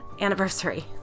anniversary